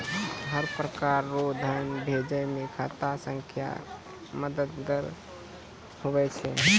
हर प्रकार रो धन भेजै मे खाता संख्या मददगार हुवै छै